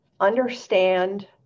understand